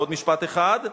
ועוד משפט אחד,